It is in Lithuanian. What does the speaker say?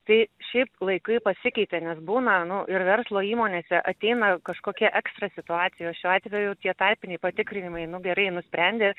tai šiaip laikai pasikeitė nes būna nu ir verslo įmonėse ateina kažkokie ekstra situacijos šiuo atveju tie tarpiniai patikrinimai nu gerai nusprendė